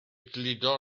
gludo